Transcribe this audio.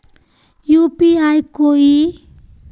UPI कोई